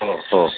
हो हो